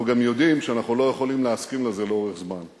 אנחנו גם יודעים שאנחנו לא יכולים להסכים לזה לאורך זמן.